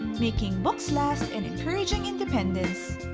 making books last, and encouraging independence!